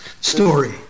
story